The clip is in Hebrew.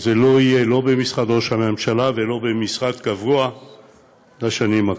וזה לא יהיה לא במשרד ראש הממשלה ולא במשרד קבוע לשנים הקרובות.